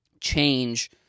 change